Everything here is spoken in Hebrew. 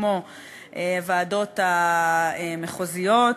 כמו הוועדות המחוזיות,